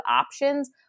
options